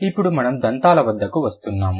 అప్పుడు మనము దంతాల వద్దకు వస్తున్నాము